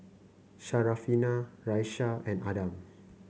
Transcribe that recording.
Syarafina Raisya and Adam